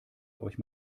euch